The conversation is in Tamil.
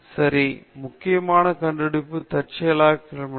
சரி முக்கிய கண்டுபிடிப்புகள் தற்செயலாக செய்யப்பட்டன